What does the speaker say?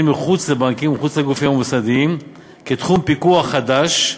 מחוץ לבנקים ומחוץ לגופים המוסדיים כתחום פיקוח חדש,